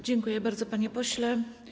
Dziękuję bardzo, panie pośle.